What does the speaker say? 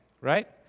Right